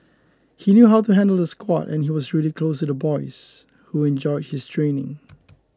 he knew how to handle the squad and he was really close to the boys who enjoyed his training